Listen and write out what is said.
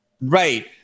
right